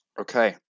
Okay